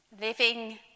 living